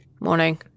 morning